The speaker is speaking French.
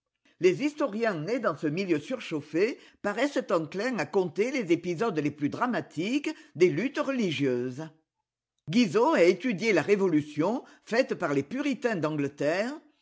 les historiens nés dans ce milieu surchauflfé paraissent enclins à conter les épisodes les plus dramatiques des luttes religieuses guizot a étudié la révolution faite par les puritains d'angleterre